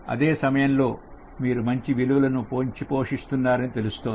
అదే సమయంలో మీరు మంచి విలువలను పెంచి పోషిస్తున్నారని తెలుస్తోంది